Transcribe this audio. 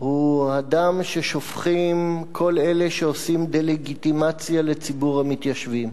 הוא הדם ששופכים כל אלה שעושים דה-לגיטימציה לציבור המתיישבים.